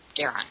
Darren